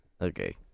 Okay